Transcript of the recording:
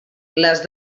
les